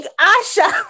Asha